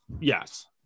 Yes